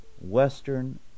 Western